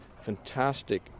Fantastic